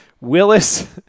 Willis